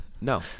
No